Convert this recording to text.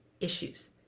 issues